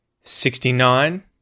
Sixty-nine